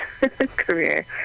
career